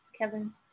Kevin